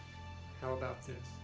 how about this,